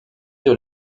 pays